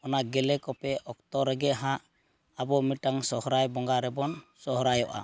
ᱚᱱᱟ ᱜᱮᱞᱮ ᱠᱚᱯᱮ ᱚᱠᱛᱚ ᱨᱮᱜᱮ ᱦᱟᱸᱜ ᱟᱵᱚ ᱢᱤᱫᱴᱟᱝ ᱥᱚᱦᱚᱨᱟᱭ ᱵᱚᱸᱜᱟ ᱨᱮᱵᱚᱱ ᱥᱚᱦᱚᱨᱟᱭᱚᱜᱼᱟ